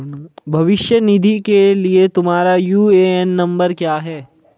भविष्य निधि के लिए तुम्हारा यू.ए.एन नंबर क्या है?